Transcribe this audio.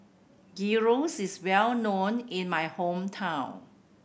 gyros is well known in my hometown